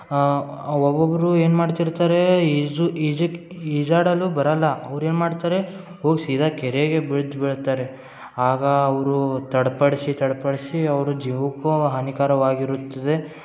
ಒಬೊಬೊಬ್ಬರು ಏನು ಮಾಡ್ತಿರ್ತರೇ ಈಜು ಈಜಿಕೆ ಈಜಾಡಲು ಬರಲ್ಲ ಅವ್ರು ಏನು ಮಾಡ್ತಾರೆ ಹೋಗಿ ಸೀದಾ ಕೆರೆಗೆ ಬೀಳ್ತ ಬೀಳ್ತಾರೆ ಆಗ ಅವರು ತಡ್ಪಡಿಸಿ ತಡ್ಪಡಿಸಿ ಅವ್ರ ಜೀವುಕ್ಕೂ ಹಾನಿಕಾರವಾಗಿರುತ್ತದೆ